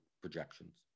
projections